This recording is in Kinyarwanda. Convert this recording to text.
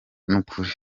n’ukuri